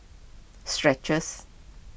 skechers